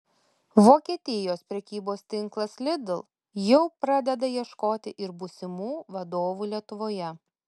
vokietijos prekybos tinklas lidl jau pradeda ieškoti ir būsimų vadovų lietuvoje